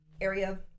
area